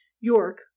York